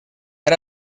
ara